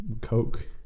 coke